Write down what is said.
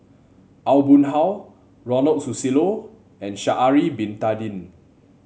Aw Boon Haw Ronald Susilo and Sha'ari Bin Tadin